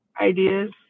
ideas